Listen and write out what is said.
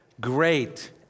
great